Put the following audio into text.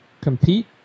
compete